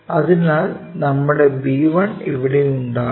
അതിനാൽ നമ്മുടെ b1 ഇവിടെ ഉണ്ടാകും